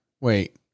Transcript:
wait